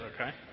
okay